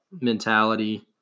mentality